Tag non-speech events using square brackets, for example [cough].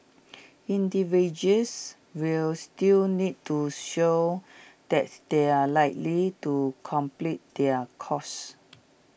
[noise] individuals will still need to show that they are likely to complete their courses